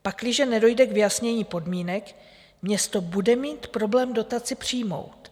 Pakliže nedojde k vyjasnění podmínek, město bude mít problém dotaci přijmout.